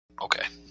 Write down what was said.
Okay